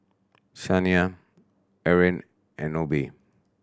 Shaniya Erin and Nobie